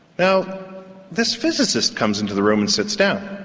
now this physicist comes into the room and sits down,